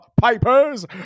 Pipers